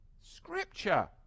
Scripture